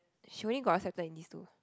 she only got accepted in these two